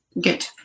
Good